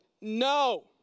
No